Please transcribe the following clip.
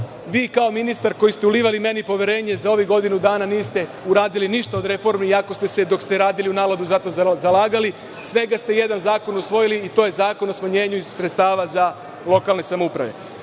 kao ministar koji ste ulivali meni poverenje za ovih godinu dana niste uradili ništa od reformi, iako ste se, dok ste radili, za to zalagali. Svega ste jedan zakon usvojili, a to je zakon o smanjenju sredstava za lokalne